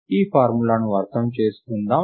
ఈ ఫార్ములాను అర్థం చేసుకుందాం